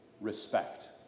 respect